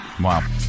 Wow